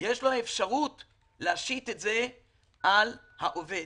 יש לו אפשרות להשית את זה על העובד.